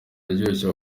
biroroshye